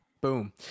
Boom